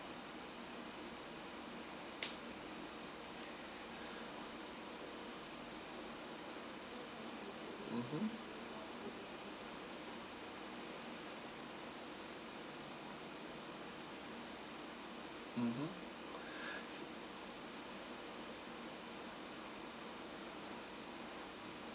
mmhmm mmhmm